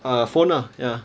ear phone lah ya